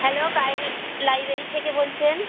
hello গাইরি library থেকে বলছেন